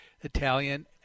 Italian